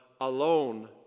alone